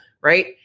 right